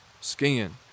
skiing